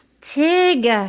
Tig